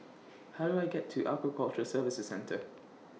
How Do I get to Aquaculture Services Centre